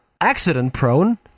accident-prone